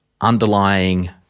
underlying